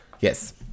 Yes